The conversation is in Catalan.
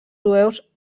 jueus